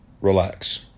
relax